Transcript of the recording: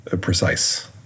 precise